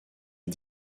les